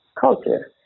culture